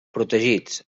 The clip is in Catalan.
protegits